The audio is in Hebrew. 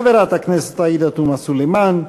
חברת הכנסת עאידה תומא סלימאן.